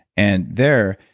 and there,